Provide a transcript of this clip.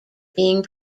being